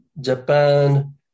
Japan